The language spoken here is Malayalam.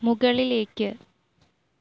മുകളിലേക്ക്